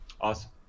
Awesome